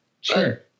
Sure